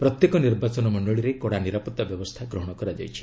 ପ୍ରତ୍ୟେକ ନିର୍ବାଚନ ମଣ୍ଡଳୀରେ କଡ଼ା ନିରାପତ୍ତା ବ୍ୟବସ୍ଥା ଗ୍ରହଣ କରାଯାଇଛି